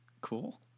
Cool